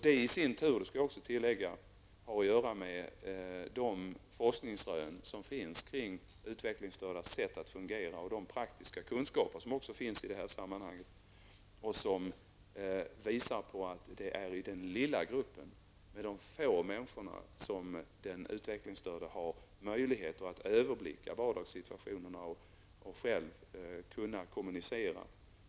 Det i sin tur -- det skall jag också tillägga -- har att göra med de forskningsrön som finns kring utvecklingsstördas sätt att fungera och de praktiska kunskaper som också finns i det sammanhanget och som visar på att det är i den lilla gruppen med de få människorna som den utvecklingsstörde har möjligheter att överblicka vardagssituationerna och själv kunna kommunicera.